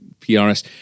prs